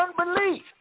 unbelief